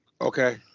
Okay